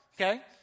okay